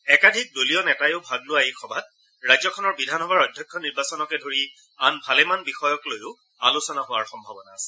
একাধিক দলীয় নেতাইও ভাগ লোৱা ৰাজ্যখনৰ বিধানসভাৰ অধ্যক্ষ নিৰ্বাচনকে ধৰি আন ভালেমান বিষয়ক লৈও আলোচনা হোৱাৰ সম্ভাৱনা আছে